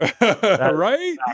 Right